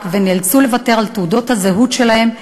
ונאלצו לוותר על תעודות הזהות שלהם,